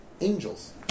angels